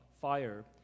Fire